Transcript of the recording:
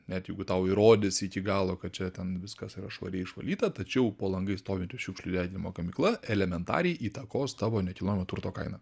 net jeigu tau įrodys iki galo kad čia ten viskas yra švariai išvalyta tačiau po langais stovinti šiukšlių deginimo gamykla elementariai įtakos tavo nekilnojamo turto kainą